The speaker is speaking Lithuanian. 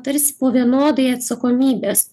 tarsi po vienodai atsakomybės